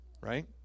right